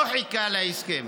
לא חיכה להסכם.